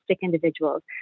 individuals